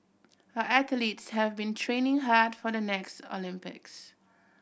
our athletes have been training hard for the next Olympics